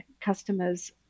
customers